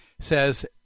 says